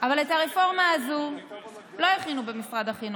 אבל את הרפורמה הזו לא הכינו במשרד החינוך.